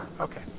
Okay